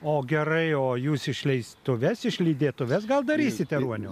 o gerai o jūs išleistuves išlydėtuves gal darysite ruonio